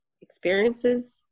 experiences